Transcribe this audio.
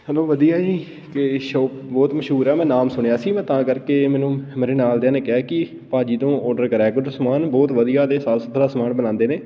ਚਲੋ ਵਧੀਆ ਜੀ ਅਤੇ ਸ਼ੋਪ ਬਹੁਤ ਮਸ਼ਹੂਰ ਆ ਮੈਂ ਨਾਮ ਸੁਣਿਆ ਸੀ ਮੈਂ ਤਾਂ ਕਰਕੇ ਮੈਨੂੰ ਮੇਰੇ ਨਾਲ ਦਿਆਂ ਨੇ ਕਿਹਾ ਕਿ ਭਾਅ ਜੀ ਤੋਂ ਔਡਰ ਕਰਿਆ ਕਰੋ ਸਮਾਨ ਬਹੁਤ ਵਧੀਆ ਅਤੇ ਸਾਫ ਸੁਥਰਾ ਸਮਾਨ ਬਣਾਉਂਦੇ ਨੇ